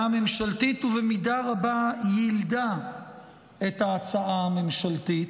הממשלתית ובמידה רבה יילדה את ההצעה הממשלתית,